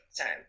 time